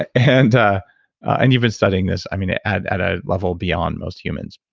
ah and and you've been studying this at at a level beyond most humans.